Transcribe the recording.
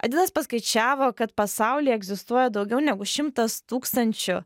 adidas paskaičiavo kad pasaulyje egzistuoja daugiau negu šimtas tūkstančių